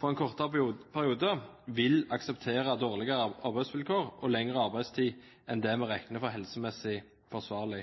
for en kortere periode, vil akseptere dårlige arbeidsvilkår og lengre arbeidstid enn det vi regner for helsemessig forsvarlig.